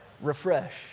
Refresh